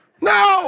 No